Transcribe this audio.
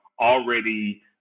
already